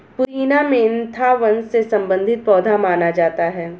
पुदीना मेंथा वंश से संबंधित पौधा माना जाता है